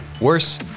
Worse